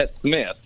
Smith